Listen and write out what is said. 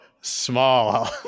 small